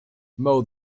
mow